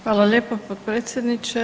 Hvala lijepo potpredsjedniče.